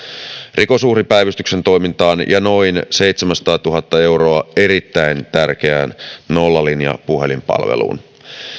rikosuhripäivystyksen toimintaan ja noin seitsemänsataatuhatta euroa erittäin tärkeään nollalinja puhelinpalveluun